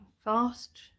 fast